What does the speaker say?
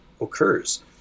occurs